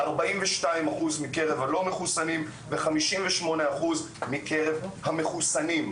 42% מקרב הלא מחוסנים ו-58% מקרב המחוסנים.